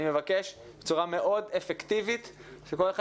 אני מבקש בצורה מאוד אפקטיבית שכל אחד